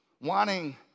wanting